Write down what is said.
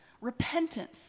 Repentance